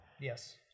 Yes